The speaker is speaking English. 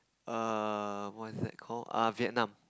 err what is that called uh Vietnam